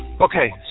Okay